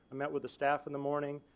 i met with the staff in the morning,